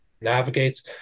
navigates